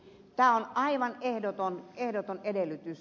tämä on aivan ehdoton edellytys